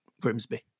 Grimsby